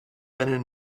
eine